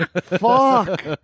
fuck